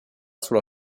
sulla